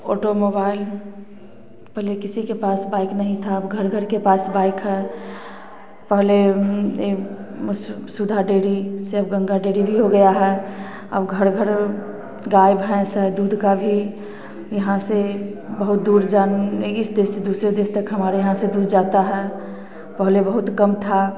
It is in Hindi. ऑटोमोबाइल पहले किसी के पास बाइक नहीं था अब घर घर के पास बाइक है पहले सुधा डेयरी से अब गंगा डेयरी भी हो गया है अब घर घर गाय भैंस है दूध का भी यहाँ से बहुत दूर जाने एक देश से दूसरे देश तक हमारे यहाँ से दूध जाता है पहले बहुत कम था